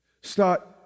Start